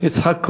יצחק כהן,